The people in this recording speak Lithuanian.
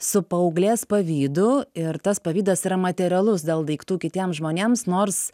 su paauglės pavydu ir tas pavydas yra materialus dėl daiktų kitiems žmonėms nors